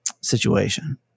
situation